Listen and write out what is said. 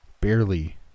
barely